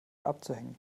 abzuhängen